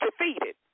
defeated